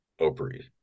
opry